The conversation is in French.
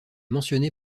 mentionnée